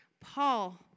Paul